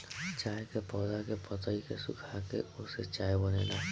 चाय के पौधा के पतइ के सुखाके ओसे चाय बनेला